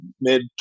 mid